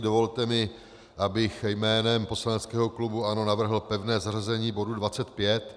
Dovolte mi, abych jménem poslaneckého klubu ANO navrhl pevné zařazení bodu 25.